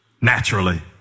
naturally